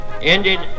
Ended